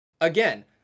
again